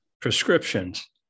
prescriptions